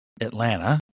Atlanta